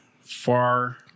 Far